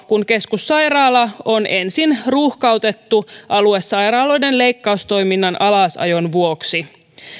kun keskussairaala on ensin ruuhkautettu aluesairaaloiden leikkaustoiminnan alasajon vuoksi